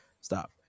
Stop